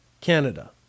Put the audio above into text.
Canada